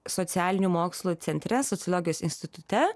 socialinių mokslų centre sociologijos institute